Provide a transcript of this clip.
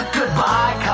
Goodbye